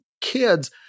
kids